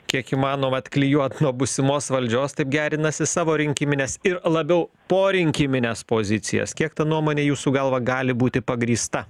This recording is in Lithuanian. kiek įmanoma atklijuot nuo būsimos valdžios taip gerinasi savo rinkimines ir labiau porinkimines pozicijas kiek ta nuomonė jūsų galva gali būti pagrįsta